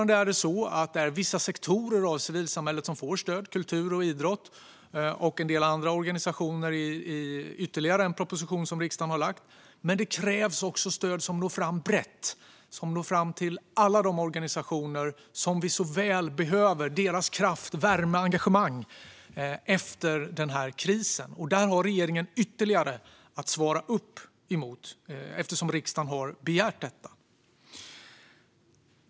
Det är fortfarande bara vissa sektorer av civilsamhället som får stöd: kultur, idrott och en del andra organisationer i ytterligare en proposition som regeringen har lagt fram. Men det krävs också stöd som når fram brett - som når fram till alla de organisationer som vi så väl behöver. Vi behöver deras kraft, värme och engagemang efter krisen. Där har regeringen ytterligare något att svara upp emot eftersom riksdagen har begärt detta.